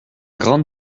grande